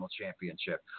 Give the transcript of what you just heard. Championship